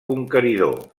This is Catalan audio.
conqueridor